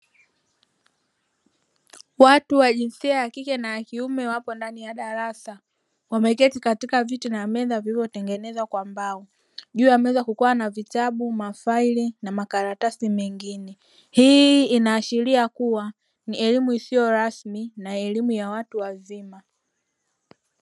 Watu wa jinsia ya kike na ya kiume wapo ndani ya darasa wameketi katika viti na meza vilivyotengenezwa kwa mbao, juu ya meza kukiwa na vitabu, mafaili na makaratasi mengine. Hii inaashiria kuwa ni elimu isio rasmi na elimu ya watu wazima.